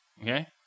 Okay